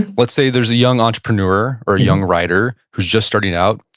let's say there's a young entrepreneur or a young writer who's just starting out,